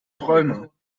träumer